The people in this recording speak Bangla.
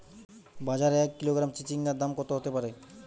বাজারে এক কিলোগ্রাম চিচিঙ্গার দাম কত হতে পারে?